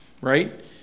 Right